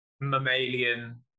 mammalian